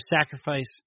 sacrifice